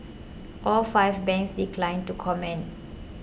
all five banks declined to comment